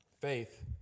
Faith